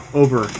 over